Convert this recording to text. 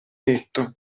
netto